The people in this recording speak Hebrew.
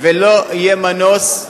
ולא יהיה מנוס,